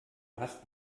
hast